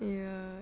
ya